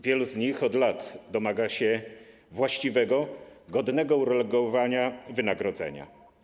Wielu z nich od lat domaga się właściwego, godnego uregulowania wynagrodzenia.